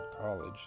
college